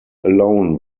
alone